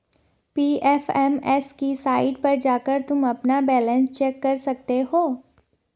PFMS की site पर जाकर तुम अपना बैलन्स चेक कर सकते हो